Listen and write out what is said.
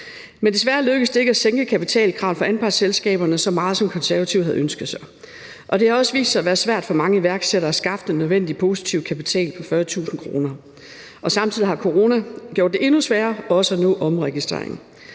Men desværre lykkedes det ikke at sænke kapitalkravet for anpartsselskaberne, så meget som Konservative havde ønsket sig. Det har også vist sig at være svært for mange iværksættere at skaffe den nødvendige positive kapital på 40.000 kr. Samtidig har corona gjort det endnu sværere også at nå omregistreringen.